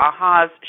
ahas